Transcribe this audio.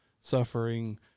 suffering